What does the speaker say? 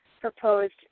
proposed